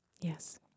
Yes